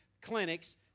clinics